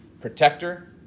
protector